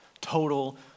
Total